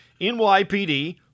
NYPD